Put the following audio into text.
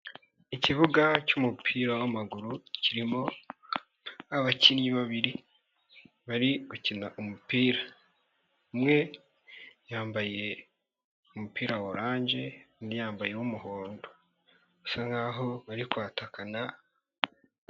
Ikibuga cyumupira wa maguru, kirimo abakinnyi babiri bari gukina umupira, umwe yambaye umupira wa oranje, undi yambaye umuhondo usa nkaho bari kwatakakana.